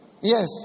Yes